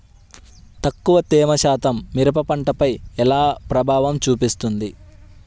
తక్కువ తేమ శాతం మిరప పంటపై ఎలా ప్రభావం చూపిస్తుంది?